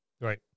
Right